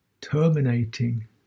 terminating